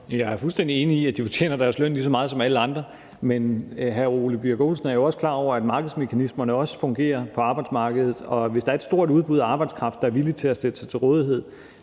Jeg er fuldstændig enig i, at de fortjener deres løn lige så meget som alle andre, men hr. Ole Birk Olesen er jo også klar over, at markedsmekanismerne også fungerer på arbejdsmarkedet, og hvis der er et stort udbud af arbejdskraft, der er villige til at stille sig til rådighed